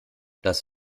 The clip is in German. das